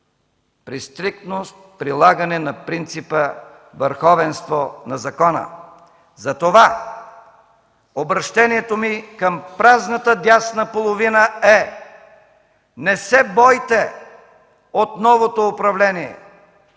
при стриктно прилагане на принципа „върховенство на закона”. Затова обръщението ми към празната дясна половина е: не се бойте от новото управление,